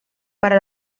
para